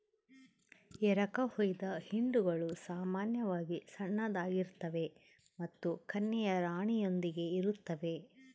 ಎರಕಹೊಯ್ದ ಹಿಂಡುಗಳು ಸಾಮಾನ್ಯವಾಗಿ ಸಣ್ಣದಾಗಿರ್ತವೆ ಮತ್ತು ಕನ್ಯೆಯ ರಾಣಿಯೊಂದಿಗೆ ಇರುತ್ತವೆ